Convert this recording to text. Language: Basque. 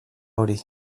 hori